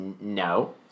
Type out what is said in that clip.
No